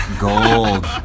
Gold